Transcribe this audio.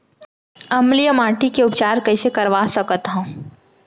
अम्लीय माटी के उपचार कइसे करवा सकत हव?